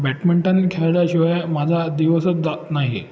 badminton खेळल्याशिवाय माझा दिवसच जात नाही